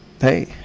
Hey